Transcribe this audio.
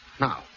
Now